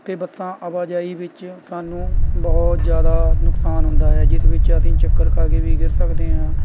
ਅਤੇ ਬੱਸਾਂ ਆਵਾਜਾਈ ਵਿੱਚ ਸਾਨੂੰ ਬਹੁਤ ਜ਼ਿਆਦਾ ਨੁਕਸਾਨ ਹੁੰਦਾ ਹੈ ਜਿਸ ਵਿੱਚ ਅਸੀਂ ਚੱਕਰ ਖਾ ਕੇ ਵੀ ਗਿਰ ਸਕਦੇ ਹਾਂ